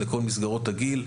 לכל מסגרות הגיל,